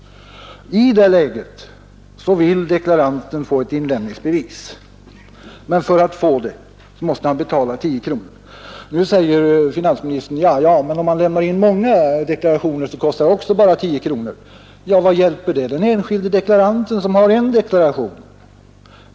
I det läget vill deklaranten ha ett inlämningsbevis, men för att få det måste han betala 10 kronor. Nu säger finansministern: Ja, ja, men om man lämnar in många deklarationer, så kostar det ändå bara 10 kronor. Vad hjälper det den enskilde deklaranten som har en enda deklaration!